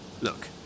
Look